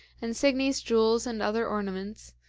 and signy's jewels and other ornaments,